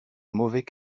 mauvais